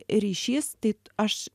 ryšys tai aš